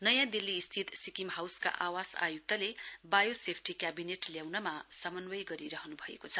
नयाँ दिल्ली स्थित सिक्किम हाउसका आवास आयुक्तले बायो सेफ्टी केविनेट ल्ययाउनमा समन्व्य गरिरहनु भएको छ